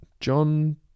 John